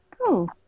Cool